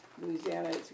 Louisiana